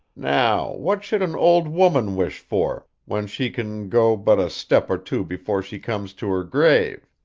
now what should an old woman wish for, when she can go but a step or two before she comes to her grave?